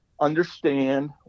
understand